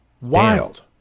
Wild